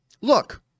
look